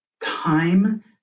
time